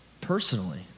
Personally